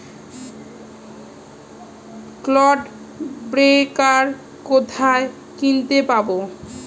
Clod breaker কোথায় কিনতে পাব?